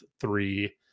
three